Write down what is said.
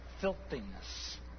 filthiness